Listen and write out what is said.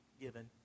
given